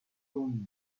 town